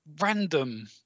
random